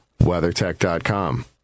WeatherTech.com